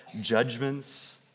judgments